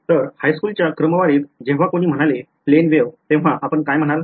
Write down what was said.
तर हायस्कूलच्या क्रमवारीत जेव्हा कोणी म्हणालो plane wave तेव्हा आपण काय म्हणाल